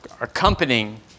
accompanying